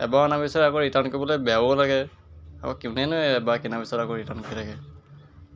এবাৰ অনাৰ পিছত আকৌ ৰিটাৰ্ণ কৰিবলৈ বেয়াও লাগে আকৌ কোনেনো এবাৰ কিনাৰ পিছত আকৌ ৰিটাৰ্ণ কৰি থাকে